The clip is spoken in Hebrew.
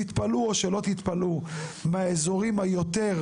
תתפלאו או שלא תתפלאו, מהאזורים היותר